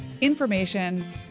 information